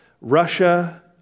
Russia